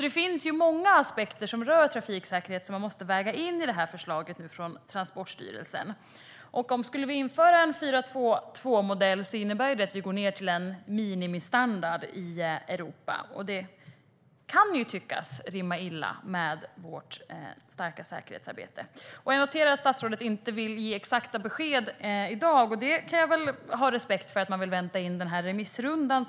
Det finns många aspekter som rör trafiksäkerhet som måste vägas in i förslaget från Transportstyrelsen. Om en 4-2-2-modell införs innebär det att Sverige går ned till en minimistandard i Europa. Det kan tyckas rimma illa med vårt starka säkerhetsarbete. Jag noterar att statsrådet inte vill ge exakta besked i dag. Jag kan ha respekt för att man vill vänta in remissrundan.